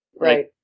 Right